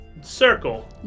Circle